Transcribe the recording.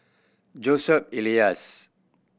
Joseph Elias